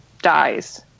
dies